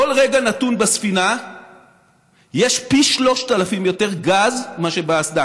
בכל רגע נתון בספינה יש פי 3,000 יותר גז מאשר באסדה,